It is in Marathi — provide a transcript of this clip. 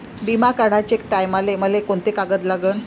बिमा काढाचे टायमाले मले कोंते कागद लागन?